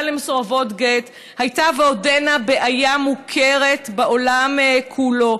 למסורבות גט היה ועודנו בעיה מוכרת בעולם כולו.